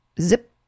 zip